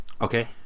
Okay